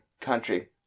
country